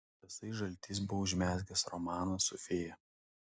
tasai žaltys buvo užmezgęs romaną su fėja